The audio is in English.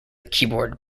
keyboard